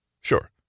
Sure